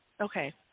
Okay